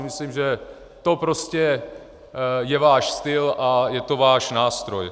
Myslím si, že to prostě je váš styl a je to váš nástroj.